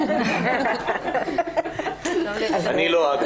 אני לא.